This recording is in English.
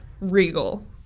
regal